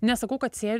nesakau kad sė